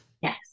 Yes